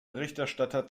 berichterstatter